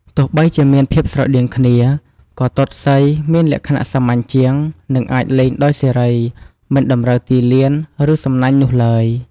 ទោះបីជាមានភាពស្រដៀងគ្នា ក៏ទាត់សីមានលក្ខណៈសាមញ្ញជាង និងអាចលេងដោយសេរី មិនតម្រូវទីលាន ឬសំណាញ់នោះឡើយ។